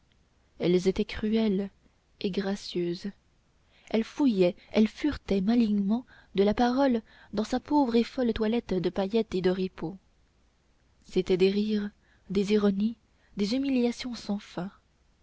elles étaient cruelles et gracieuses elles fouillaient elles furetaient malignement de la parole dans sa pauvre et folle toilette de paillettes et d'oripeaux c'étaient des rires des ironies des humiliations sans fin